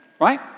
Right